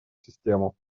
систему